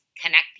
connecting